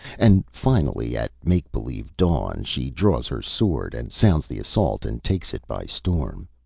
and finally at make-believe dawn she draws her sword and sounds the assault and takes it by storm.